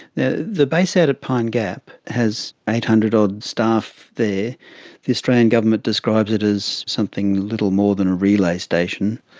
the the base out at pine gap has eight hundred odd staff the the australian government describes it as something little more than a relay station.